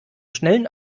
schnellen